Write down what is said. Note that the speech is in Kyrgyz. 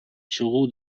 чыгуу